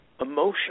emotion